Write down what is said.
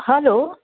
hello